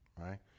right